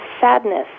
sadness